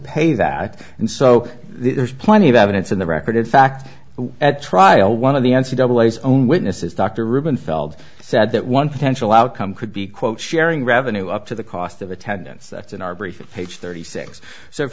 pay that and so there's plenty of evidence in the record in fact at trial one of the n c double a's own witnesses dr ruben feld said that one potential outcome could be quote sharing revenue up to the cost of attendance that's in our brief page thirty six so if